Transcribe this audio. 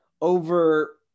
over